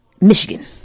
Michigan